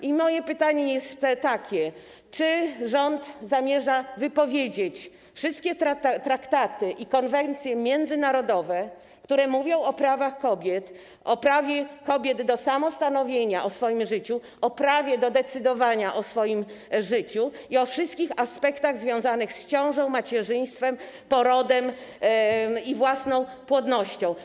I moje pytanie jest takie: Czy rząd zamierza wypowiedzieć wszystkie traktaty i konwencje międzynarodowe, które mówią o prawach kobiet, o prawie kobiet do samostanowienia o swoim życiu, o prawie do decydowania o swoim życiu i o wszystkich aspektach związanych z ciążą, macierzyństwem, porodem i własną płodnością?